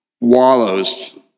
wallows